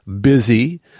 busy